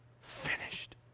finished